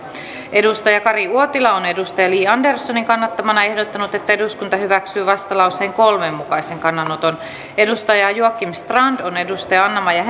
kari uotila on li anderssonin kannattamana ehdottanut että eduskunta hyväksyy vastalauseen kolmen mukaisen kannanoton joakim strand on anna maja